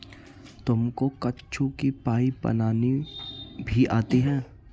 तुमको कद्दू की पाई बनानी भी आती है?